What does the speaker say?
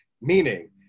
Meaning